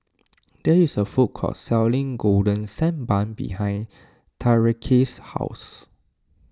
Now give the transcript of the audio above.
there is a food court selling Golden Sand Bun behind Tyreke's house